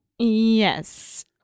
Yes